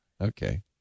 Okay